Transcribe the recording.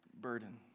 burden